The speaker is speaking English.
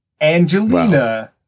Angelina